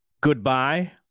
goodbye